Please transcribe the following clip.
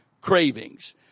cravings